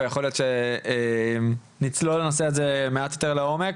ויכול להיות שנצלול לנושא הזה מעט יותר לעומק.